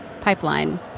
pipeline